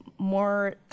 More